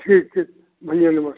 ठीक ठीक भैया नमस्ते